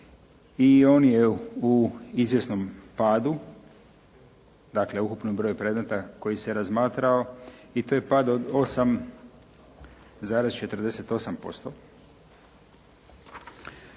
i on je u izvjesnom padu, dakle ukupan broj predmeta koji se razmatrao i to je pad od 8,48%.